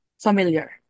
familiar